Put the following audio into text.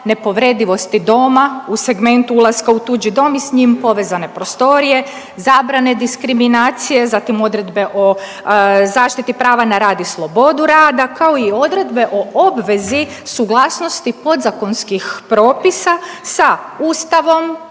nepovredivosti doma u segmentu ulaska u tuđi dom i s njim povezane prostorije, zabrane diskriminacije, zatim odredbe o zaštiti prava na rad i slobodu rada kao i odredbe o obvezi suglasnosti podzakonskih propisa sa Ustavom